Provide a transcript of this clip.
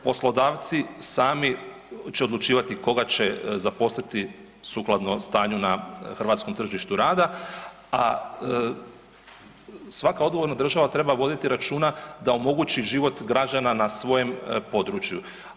Poslodavci sami će odlučivati koga će zaposliti sukladno stanju na hrvatskom tržištu rada, a svaka odgovorna država treba voditi računa da omogući život građana na svojem području.